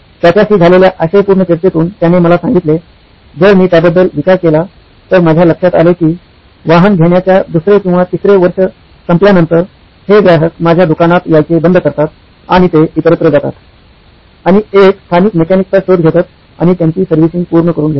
त्याच्याशी झालेल्या आशयपूर्ण चर्चेतून त्याने मला सांगितले जर मी त्याबद्दल विचार केला तर माझ्या लक्षात आले की वाहन घेण्याच्या दुसरे किंवा तिसरे वर्ष संपल्यानंतर हे ग्राहक माझ्या दुकानात यायचे बंद करतात आणि ते इतरत्र जातात आणि एक स्थानिक मेकॅनिक चा शोध घेतात आणि त्यांची सर्व्हिसिंग पूर्ण करून घेतात